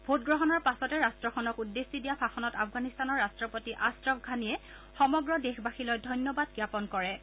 ভোটগ্ৰহণৰ পাছতে ৰট্টখনক উদ্দেশ্যি দিয়া ভাষণত আফগানিস্তানৰ ৰাট্টপতি আশ্ৰফ ঘানীয়ে সমগ্ৰ দেশবাসীলৈ ধন্যবাদ জ্ঞাপন কৰিছে